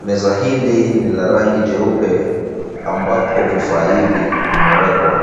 Meza hili ni la rangi jeupe ambapo vifaa hivi vimewekwa.